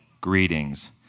Greetings